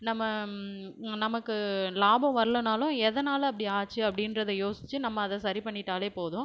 நம்ம நமக்கு லாபம் வரலன்னாலும் எதனால் அப்படி ஆச்சு அப்படின்றத யோசிச்சு நம்ம அதை சரி பண்ணிட்டால் போதும்